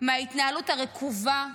מההתנהלות הרקובה,